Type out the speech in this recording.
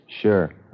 Sure